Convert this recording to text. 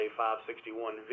561V